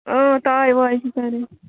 اۭں تاوِ واوِ چھِ تھٲومِتۍ